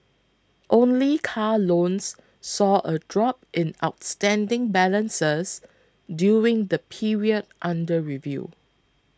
only car loans saw a drop in outstanding balances during the period under review